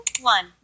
one